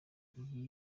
iyi